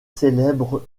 célèbres